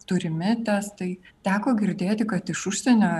turimi testai teko girdėti kad iš užsienio